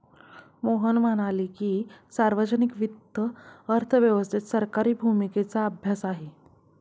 मोहन म्हणाले की, सार्वजनिक वित्त अर्थव्यवस्थेत सरकारी भूमिकेचा अभ्यास आहे